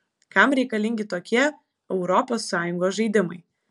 kam reikalingi tokie europos sąjungos žaidimai